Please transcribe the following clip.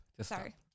Sorry